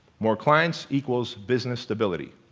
more clients equals business stability.